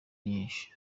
nyinshi